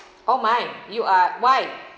oh my you are white